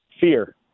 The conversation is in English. Fear